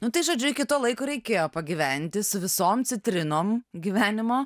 nu tai žodžiu iki to laiko reikėjo pagyventi su visom citrinom gyvenimo